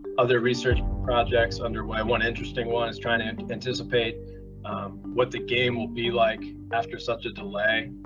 other research projects under way, one interesting one is trying to anticipate what the game will be like after such a delay.